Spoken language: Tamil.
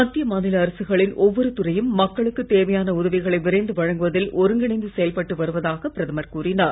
மத்திய மாநில அரசுகளின் ஒவ்வொரு துறையும் மக்களுக்கு தேவையான உதவிகளை விரைந்து வழங்குவதில் ஒருங்கிணைந்து செயல்பட்டு வருவதாக பிரதமர் கூறினார்